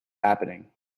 happening